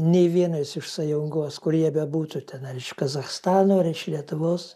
nei vienas iš sąjungos kur jie bebūtų tenai iš kazachstano ar iš lietuvos